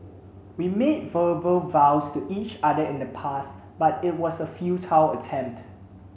we made verbal vows to each other in the past but it was a futile attempt